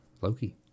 Loki